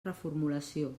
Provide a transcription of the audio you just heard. reformulació